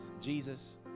Jesus